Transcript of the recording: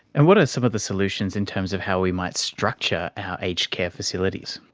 and what are some of the solutions in terms of how we might structure our aged care facilities?